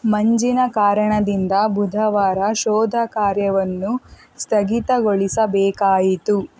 ಮಂಜಿನ ಕಾರಣದಿಂದ ಬುಧವಾರ ಶೋಧ ಕಾರ್ಯವನ್ನು ಸ್ಥಗಿತಗೊಳಿಸಬೇಕಾಯಿತು